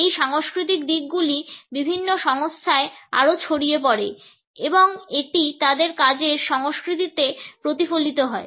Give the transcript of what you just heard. এই সাংস্কৃতিক দিকগুলি বিভিন্ন সংস্থায় আরও ছড়িয়ে পড়ে এবং এটি তাদের কাজের সংস্কৃতিকে প্রতিফলিত হয়